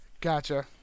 Gotcha